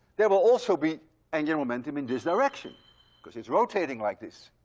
there will also be angular momentum in this direction because it's rotating like this.